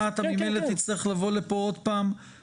וממילא הוא יצטרך לבוא שוב ולחדש אותה.